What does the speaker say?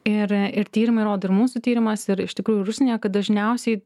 ir ir tyrimai rodė ir mūsų tyrimas ir iš tikrųjų ir užsienyje kad dažniausiai